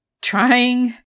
Trying